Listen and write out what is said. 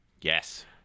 Yes